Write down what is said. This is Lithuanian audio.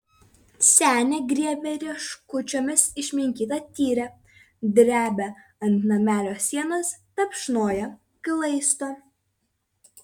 senė griebia rieškučiomis išminkytą tyrę drebia ant namelio sienos tapšnoja glaisto